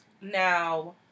Now